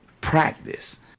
practice